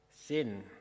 sin